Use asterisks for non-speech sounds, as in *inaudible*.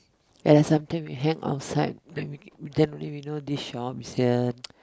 there's something we hang outside then we can only we know this shop is here *noise*